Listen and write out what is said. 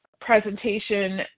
presentation